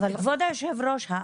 כבוד היושב-ראש,